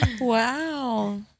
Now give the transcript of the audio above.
Wow